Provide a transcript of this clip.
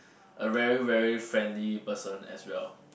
a very very friendly person as well